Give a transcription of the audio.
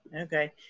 Okay